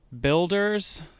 Builders